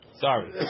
Sorry